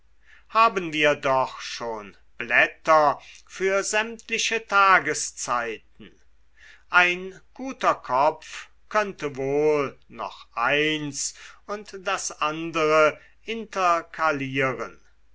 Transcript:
haben wir doch schon blätter für sämtliche tageszeiten ein guter kopf könnte wohl noch eins und das andere